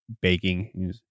baking